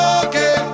okay